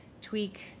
tweak